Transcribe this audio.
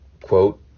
quote